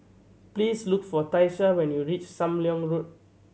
please look for Tyesha when you reach Sam Leong Road